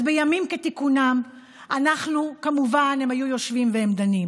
אז בימים כתיקונם כמובן הם היו יושבים ודנים,